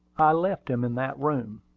i left him in that room.